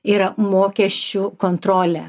yra mokesčių kontrolė